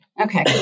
Okay